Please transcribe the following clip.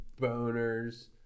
boners